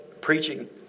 preaching